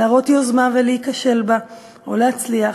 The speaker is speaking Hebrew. להראות יוזמה ולהיכשל בה או להצליח.